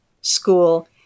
school